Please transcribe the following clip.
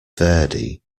verdi